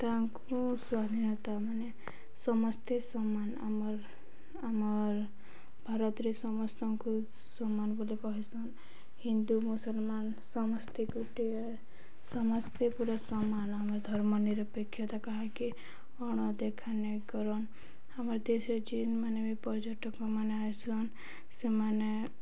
ତାଙ୍କୁ ସ୍ୱାଧୀନତା ମାନେ ସମସ୍ତେ ସମାନ ଆମର୍ ଆମର୍ ଭାରତରେ ସମସ୍ତଙ୍କୁ ସମାନ ବୋଲି କହିସନ୍ ହିନ୍ଦୁ ମୁସଲମାନ ସମସ୍ତେ ଗୋଟିଏ ସମସ୍ତେ ପୁରା ସମାନ ଆମର ଧର୍ମ ନିରପେକ୍ଷତା କାହିକି ଅଣଦେଖା କରସନ୍ ଆମର ଦେଶରେ ଯେନ୍ମାନେ ବି ପର୍ଯ୍ୟଟକ ମାନେ ଆଇସନ୍ ସେମାନେ